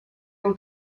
del